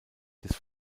des